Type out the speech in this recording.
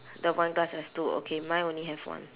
the wine glass has two okay mine only have one